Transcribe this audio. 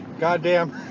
Goddamn